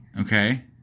Okay